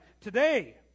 today